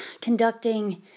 conducting